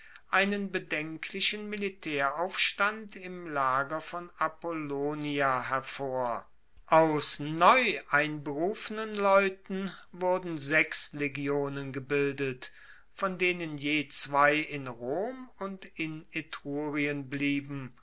einen bedenklichen militaeraufstand im lager von apollonia hervor aus neu einberufenen leuten wurden sechs legionen gebildet von denen je zwei in rom und in etrurien blieben